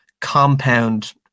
compound